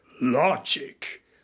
logic